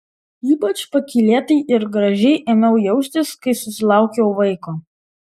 ypač pakylėtai ir gražiai ėmiau jaustis kai susilaukiau vaiko